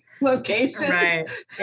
locations